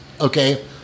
Okay